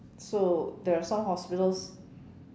so there's some hospitals